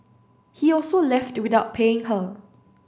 he also left without paying her